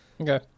okay